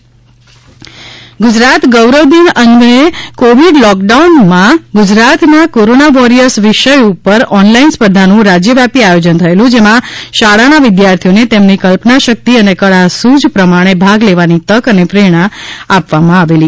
corona warriors સ્પર્ધાના બાલ વિજેતા ગુજરાત ગૌરવ દિન અન્વયે કોવિડ લોક ડાઉનમાં ગુજરાતના કોરોના વોરિયર્સ વિષય ઉપર ઓનલાઈન સ્પર્ધાનું રાજ્યવ્યાપી આયોજન થયેલું જેમાં શાળાના વિદ્યાર્થીઓને તેમની કલ્પના શક્તિ અને કળા સૂઝ પ્રમાણે ભાગ લેવાની તક અને પ્રેરણા આપવામાં આવેલી